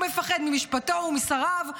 הוא מפחד ממשפטו ומשריו.